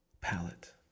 palette